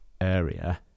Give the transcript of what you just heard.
area